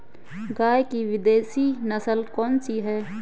गाय की विदेशी नस्ल कौन सी है?